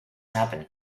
happen